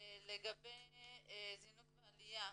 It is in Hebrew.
לגבי זינוק בעליה,